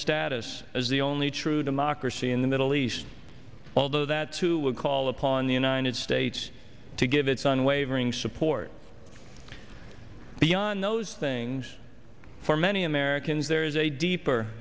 status as the only true democracy in the middle east although that's who would call upon the united states to give its unwavering support beyond those things for many americans there is a deeper